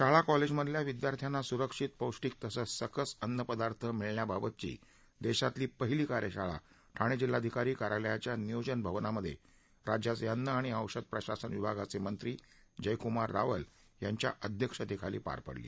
शाळा कॉलेजमधल्या विद्यार्थ्यांना सुरक्षित पोष्टीक तसंच सकस अन्न पदार्थ मिळण्याबाबतची देशातील पहिली कार्यशाळा ठाणे जिल्हाधिकारी कार्यालयाच्या नियोजन भवनामध्ये राज्याचे अन्न आणि औषध प्रशासन विभागाचे मंत्री जयकुमार रावल यांच्या अध्यक्षतेखाली पार पडली